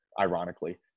Ironically